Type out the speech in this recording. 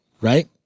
right